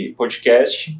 podcast